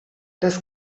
das